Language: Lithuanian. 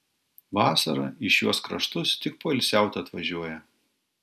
vasarą į šiuos kraštus tik poilsiaut atvažiuoja